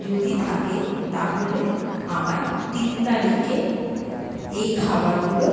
যদি থাকে তাহলে আমায় তিন তারিখে এই খাবারগুলো